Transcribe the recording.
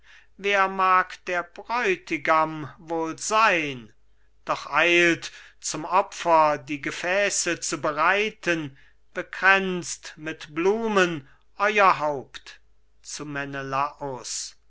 wer mag der bräutigam wohl sein doch eilt zum opfer die gefäße zu bereiten bekränzt mit blumen euer haupt